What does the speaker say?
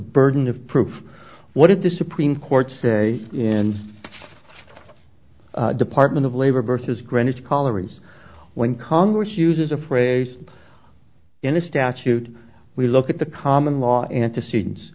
burden of proof what is the supreme court say in the department of labor versus greenwich colorings when congress uses a phrase in a statute we look at the common law antecedent